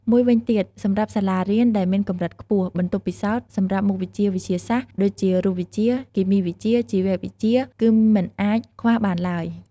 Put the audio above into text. មួយវិញទៀតសម្រាប់សាលារៀនដែលមានកម្រិតខ្ពស់ បន្ទប់ពិសោធន៍ សម្រាប់មុខវិជ្ជាវិទ្យាសាស្ត្រ ដូចជា រូបវិទ្យា គីមីវិទ្យា ជីវវិទ្យា គឺមិនអាចខ្វះបានឡើយ។